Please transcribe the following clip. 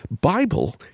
Bible